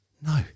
no